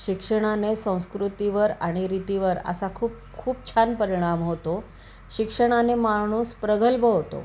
शिक्षणाने संस्कृतीवर आणि रीतीवर असा खूप खूप छान परिणाम होतो शिक्षणाने माणूस प्रगल्भ होतो